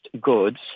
goods